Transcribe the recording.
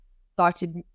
started